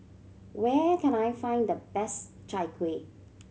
where can I find the best Chai Kueh